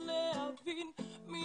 כן.